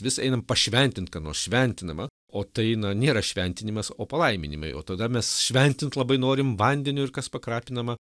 vis einam pašventint ką nors šventinama o tai na nėra šventinimas o palaiminimai o tada mes šventint labai norim vandeniu ir kas pakrapinama